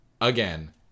Again